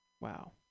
Wow